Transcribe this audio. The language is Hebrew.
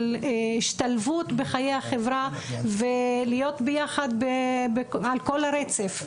של השתלבות בחיי החברה ולהיות ביחד על כל הרצף.